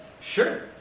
Sure